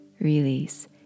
release